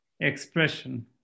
expression